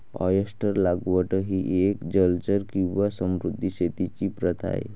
oyster लागवड ही एक जलचर किंवा समुद्री शेतीची प्रथा आहे